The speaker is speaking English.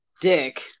dick